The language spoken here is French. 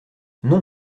non